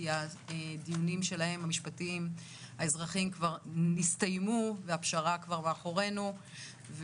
הדיונים שלהם כבר נסתיימו והפשרה כבר מאחורינו,